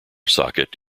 socket